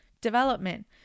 development